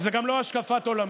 זו גם לא השקפת עולמי.